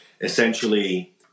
essentially